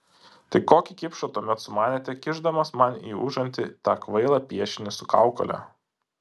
tai kokį kipšą tuomet sumanėte kišdamas man į užantį tą kvailą piešinį su kaukole